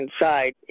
inside